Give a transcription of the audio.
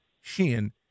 Sheehan